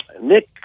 Nick